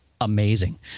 amazing